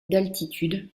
d’altitude